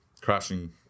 crashing